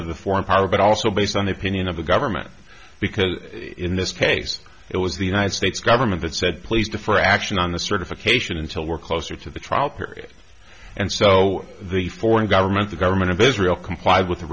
of the foreign power but also based on the opinion of the government because in this case it was the united states government that said please do for action on the certification until we're closer to the trial period and so the foreign government the government of israel complied with